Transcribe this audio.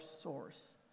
source